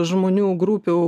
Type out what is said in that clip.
žmonių grupių